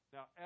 Now